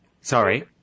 Sorry